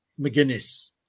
McGuinness